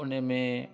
उनमें